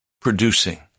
producing